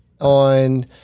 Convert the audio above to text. on